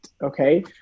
Okay